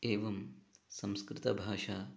एवं संस्कृतभाषा